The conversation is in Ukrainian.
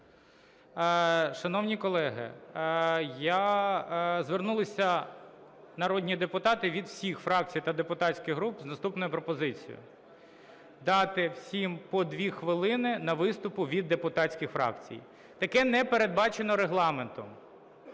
Шановні колеги, звернулися народні депутати від всіх фракцій та депутатських груп з наступною пропозицією – дати всім по 2 хвилини на виступи від депутатських фракцій. Таке не передбачено Регламентом.